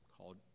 called